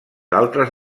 altres